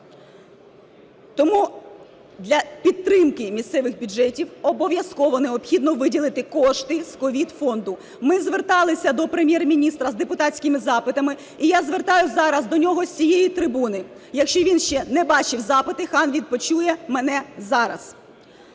Тому для підтримки місцевих бюджетів обов'язково необхідно виділити кошти з COVID-фонду. Ми зверталися до Прем'єр-міністра з депутатськими запитами, і я звертаюсь зараз до нього з цієї трибуни, якщо він ще не бачив запити, хай він почує мене зараз.